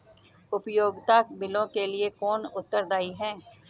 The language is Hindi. उपयोगिता बिलों के लिए कौन उत्तरदायी है?